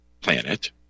planet